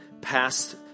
past